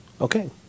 Okay